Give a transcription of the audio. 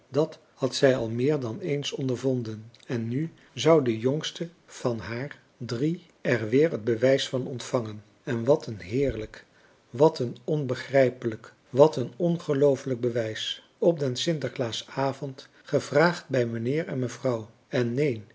dat had zij al meer dan eens ondervonden en nu zou de jongste van haar drie er weer het bewijs van ontvangen en wat een heerlijk wat een onbegrijpelijk wat een ongelooflijk bewijs op den sinterklaasavond gevraagd bij meneer en mevrouw en neen